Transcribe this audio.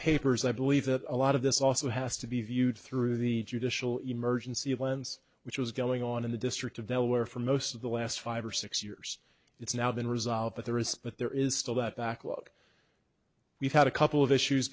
papers i believe that a lot of this also has to be viewed through the judicial emergency plans which was going on in the district of delaware for most of the last five or six years it's now been resolved but there is but there is still that backlog we've had a couple of issues